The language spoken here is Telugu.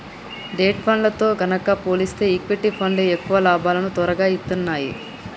డెట్ ఫండ్లతో గనక పోలిస్తే ఈక్విటీ ఫండ్లు ఎక్కువ లాభాలను తొరగా ఇత్తన్నాయి